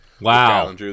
Wow